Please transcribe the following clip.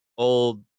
old